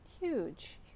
Huge